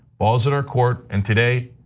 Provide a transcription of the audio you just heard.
wars in our court and today,